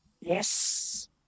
Yes